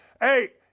Hey